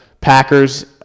Packers